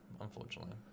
unfortunately